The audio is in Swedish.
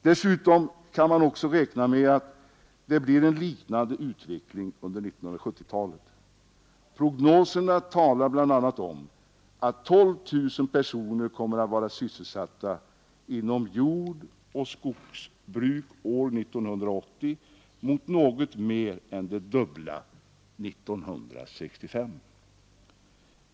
Dessutom kan man räkna med att det blir en liknande utveckling under 1970-talet. Prognoserna talar bl.a. om att 12000 personer kommer att vara sysselsatta inom jordoch skogsbruk år 1980 mot något mer än det dubbla 1965.